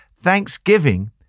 Thanksgiving